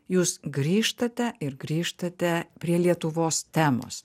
jūs grįžtate ir grįžtate prie lietuvos temos